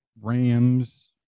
Rams